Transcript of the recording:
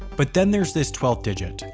but then there's this twelfth digit.